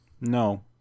No